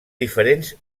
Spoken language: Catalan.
diferents